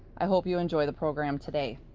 i hope you enjoy the program today.